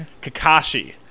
Kakashi